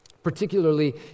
particularly